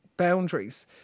boundaries